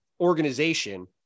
organization